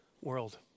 World